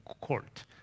court